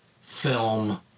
film